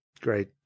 Great